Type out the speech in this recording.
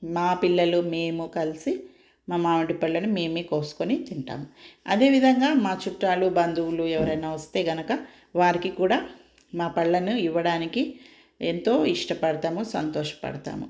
మా పిల్లలు మేము కలిసి మా మామిడి పళ్ళను మేమే కోసుకుని తింటాము అదేవిధంగా మా చుట్టాలు బంధువులు ఎవరైనా వస్తే గనక వారికి కూడా మా పళ్ళను ఇవ్వడానికి ఎంతో ఇష్టపడతాము సంతోషపడతాము